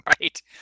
right